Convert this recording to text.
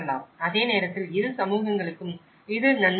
அதே நேரத்தில் இரு சமூகங்களுக்கும் இது ஒரு நன்மை ஆகும்